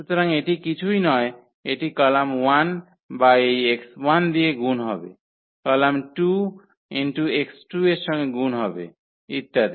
সুতরাং এটি কিছুই নয় এটি কলাম 1 বা এই x1 দিয়ে গুন হবে কলাম 2 x2 এর সঙ্গে গুণ হবে ইত্যাদি